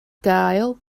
gael